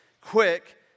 quick